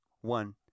One